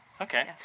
Okay